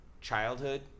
childhood